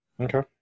Okay